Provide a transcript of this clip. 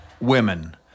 women